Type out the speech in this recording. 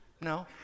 No